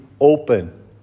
open